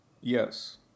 Yes